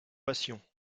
passions